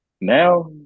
now